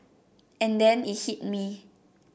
and then it hit me